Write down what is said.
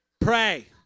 Pray